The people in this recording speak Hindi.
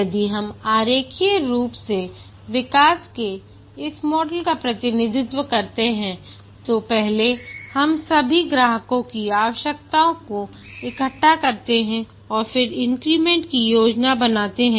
यदि हम आरेखीय रूप से विकास के इस मॉडल का प्रतिनिधित्व करते हैं तो पहले हम सभी ग्राहकों की आवश्यकताओं को इकट्ठा करते हैं और फिर इन्क्रीमेंट की योजना बनाते हैं